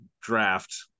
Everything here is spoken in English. draft